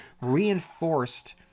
reinforced